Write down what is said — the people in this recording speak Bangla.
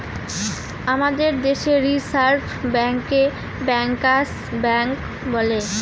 আমাদের দেশে রিসার্ভ ব্যাঙ্কে ব্যাঙ্কার্স ব্যাঙ্ক বলে